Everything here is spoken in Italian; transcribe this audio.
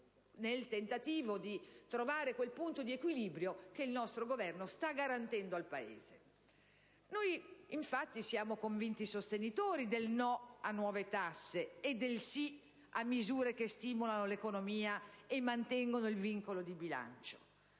nel tentativo di trovare quel punto di equilibrio che il nostro Governo sta garantendo al Paese. Noi infatti siamo convinti sostenitori del no a nuove tasse e del sì a misure che stimolano l'economia e mantengono il vincolo di bilancio;